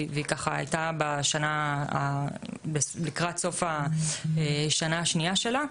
והיא הייתה לקראת סוף השנה השנייה שלה,